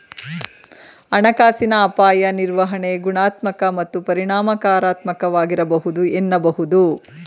ಹಣಕಾಸಿನ ಅಪಾಯ ನಿರ್ವಹಣೆ ಗುಣಾತ್ಮಕ ಮತ್ತು ಪರಿಮಾಣಾತ್ಮಕವಾಗಿರಬಹುದು ಎನ್ನಬಹುದು